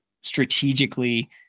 strategically